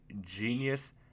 genius